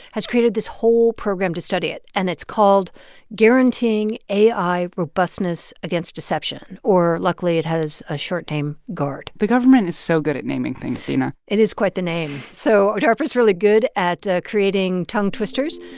has created this whole program to study it. and it's called guaranteeing ai robustness against deception or luckily it has a short name gard the government is so good at naming things, dina it is quite the name. so darpa's really good at creating tongue twisters.